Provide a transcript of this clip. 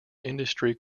industry